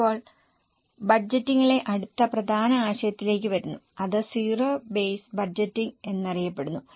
ഇപ്പോൾ ബജറ്റിംഗിലെ അടുത്ത പ്രധാന ആശയത്തിലേക്ക് വരുന്നു അത് സീറോ ബേസ് ബജറ്റിംഗ് എന്നറിയപ്പെടുന്നു